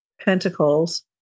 pentacles